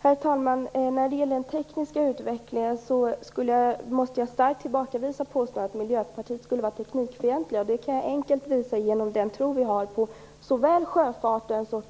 Herr talman! När det gäller den tekniska utvecklingen måste jag starkt tillbakavisa påståendet att vi i Miljöpartiet är trafikfientliga. Det kan jag enkelt visa genom den tro vi har såväl på sjöfarten och